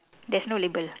there's no label